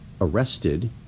arrested